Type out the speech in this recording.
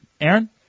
Aaron